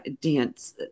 dance